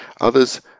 others